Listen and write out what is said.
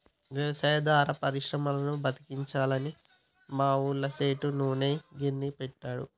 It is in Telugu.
వ్యవసాయాధార పరిశ్రమలను బతికించాలని మా ఊళ్ళ సేటు నూనె గిర్నీ పెట్టిండు